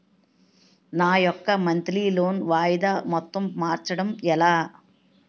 నా యెక్క monthly loan వాయిదా మొత్తం మార్చడం ఎలా?